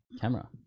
camera